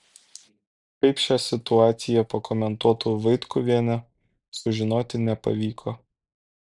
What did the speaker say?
kaip šią situaciją pakomentuotų vaitkuvienė sužinoti nepavyko